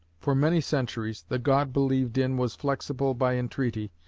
for many centuries the god believed in was flexible by entreaty,